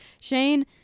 Shane